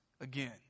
again